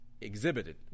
exhibited